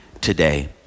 today